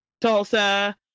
Tulsa